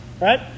right